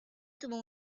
tuvo